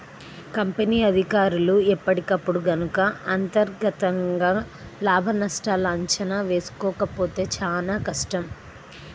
company అధికారులు ఎప్పటికప్పుడు గనక అంతర్గతంగా లాభనష్టాల అంచనా వేసుకోకపోతే చానా కష్టం